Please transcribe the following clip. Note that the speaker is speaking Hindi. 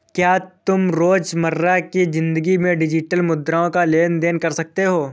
क्या तुम रोजमर्रा की जिंदगी में डिजिटल मुद्राओं का लेन देन कर सकते हो?